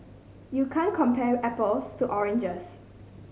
you can't compare apples to oranges